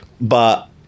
But-